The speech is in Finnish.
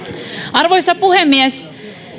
arvoisa puhemies